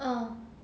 uh